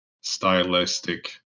stylistic